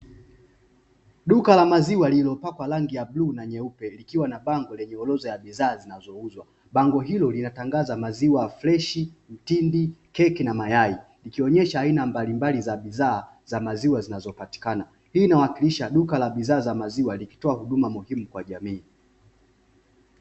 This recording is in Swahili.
Duka la maziwa lililopakwa rangi ya bluu na nyeupe, likiwa na bango lenye orodha ya bidhaa zinazouzwa. Bango hilo linatangaza maziwa freshi, mtindi, keki na mayai, likionyesha aina mbalimbali za bidhaa za maziwa zinazopatikana. Hii inawakilisha duka la bidhaa za maziwa likitoa huduma muhimu kwa jamii.